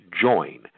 join